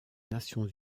nations